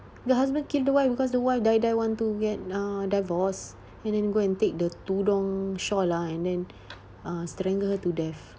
the husband killed the wife because the wife die die want to get uh divorce and then go and take the tudung shawl lah and then uh strangled her to death